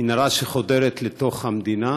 מנהרה שחודרת לתוך המדינה,